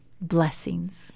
blessings